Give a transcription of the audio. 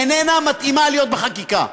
איננה מתאימה להיות בחקיקה.